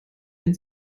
wenn